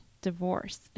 divorce